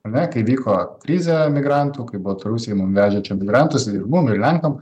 ar ne kai vyko krizė migrantų kai baltarusiai mum vežė čia migrantus ir mum ir lenkam